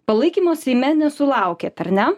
palaikymo seime nesulaukėt ar ne